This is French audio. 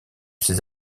ses